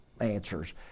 answers